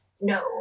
No